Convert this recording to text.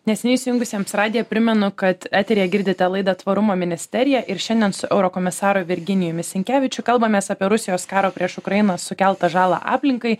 neseniai įsijungusiems radiją primenu kad eteryje girdite laidą tvarumo ministerija ir šiandien su eurokomisaru virginijumi sinkevičiu kalbamės apie rusijos karo prieš ukrainą sukeltą žalą aplinkai